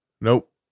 nope